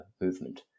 movement